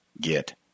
get